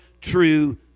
true